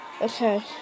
Okay